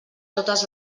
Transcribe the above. totes